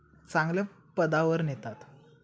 चांगल्या पदावर नेतात